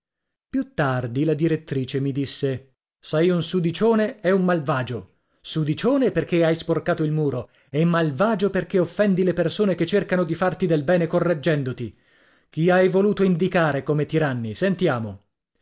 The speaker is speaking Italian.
più tardi la direttrice mi disse sei un sudicione e un malvagio sudicione perché hai sporcato il muro e malvagio perché offendi le persone che cercano di farti del bene correggendoti chi hai voluto indicare come tiranni sentiamo